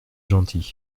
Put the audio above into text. gentil